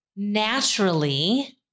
naturally